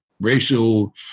racial